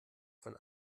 von